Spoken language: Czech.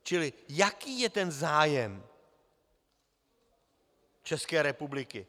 Čili jaký je ten zájem České republiky?